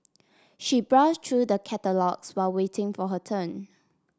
she browse through the catalogues while waiting for her turn